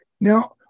Now